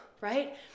right